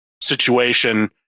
situation